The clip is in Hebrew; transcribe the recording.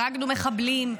הרגנו מחבלים,